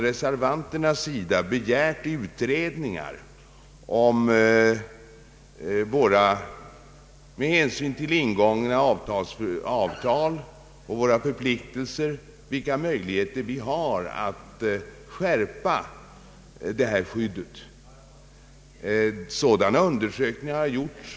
Reservanterna har begärt en utredning om vilka möjligheter vi med hänsyn till ingångna avtal och förpliktelser har att skärpa detta importskydd. Flera sådana undersökningar har gjorts.